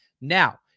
Now